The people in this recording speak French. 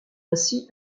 ainsi